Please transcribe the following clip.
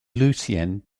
lucien